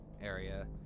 area